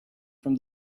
from